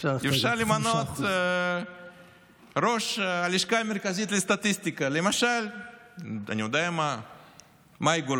אפשר למנות לראש הלשכה המרכזית לסטטיסטיקה למשל את מאי גולן.